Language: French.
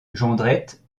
jondrette